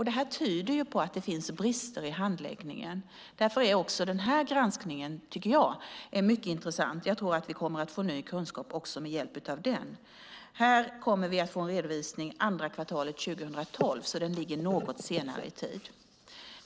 Det tyder på att det finns brister i handläggningen. Därför är den här granskningen, tycker jag, mycket intressant. Jag tror att vi kommer att få ny kunskap med hjälp av den. Här kommer vi att få en redovisning andra kvartalet 2012, så den ligger något senare i tid.